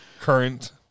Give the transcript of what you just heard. Current